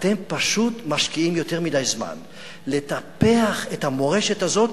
אתם פשוט משקיעים יותר מדי זמן כדי לטפח את המורשת הזאת.